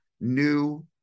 new